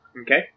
Okay